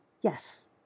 Yes